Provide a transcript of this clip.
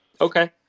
Okay